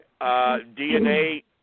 DNA